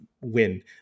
win